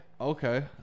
Okay